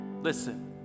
listen